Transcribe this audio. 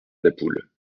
napoule